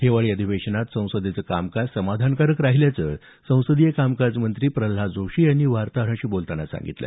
हिवाळी अधिवेशनात संसदेचं कामकाज समाधानकारक राहिल्याचं संसदीय कामकाज मंत्री प्रल्हाद जोशी यांनी वार्ताहरांशी बोलताना सांगितलं